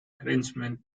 arrangement